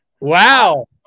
Wow